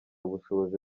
ubushobozi